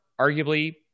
arguably